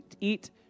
eat